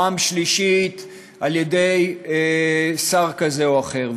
פעם שלישית על-ידי שר כזה או אחר.